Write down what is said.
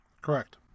Correct